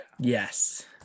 Yes